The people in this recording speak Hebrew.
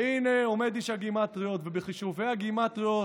והינה עומד איש הגימטריות ובחישובי הגימטריות